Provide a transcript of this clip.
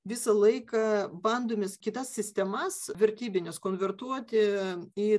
visą laiką bandomės kitas sistemas vertybines konvertuoti į